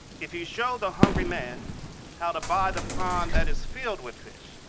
if you show the hungry man how to buy the pond that is filled with fish,